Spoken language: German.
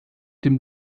dem